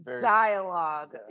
dialogue